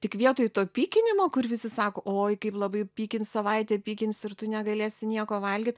tik vietoj to pykinimo kur visi sako oi kaip labai pykins savaitę pykins ir tu negalėsi nieko valgyt